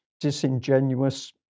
disingenuous